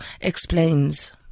explains